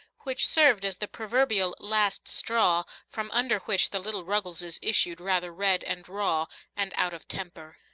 which served as the proverbial last straw, from under which the little ruggleses issued rather red and raw and out of temper.